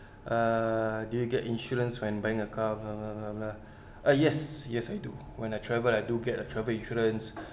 uh do you get insurance when buying a car blah blah blah blah blah yes yes I do when I travel I do get a travel insurance